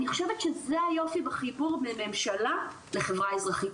אני חושבת שזה היופי בחיבור בין ממשלה לחברה האזרחית,